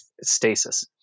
stasis